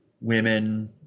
women